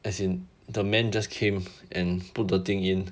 as in the men just came and put the thing in